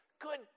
Good